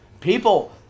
People